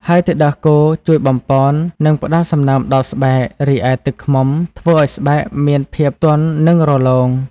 ហើយទឹកដោះគោជួយបំប៉ន និងផ្ដល់សំណើមដល់ស្បែក រីឯទឹកឃ្មុំធ្វើឱ្យស្បែកមានភាពទន់និងរលោង។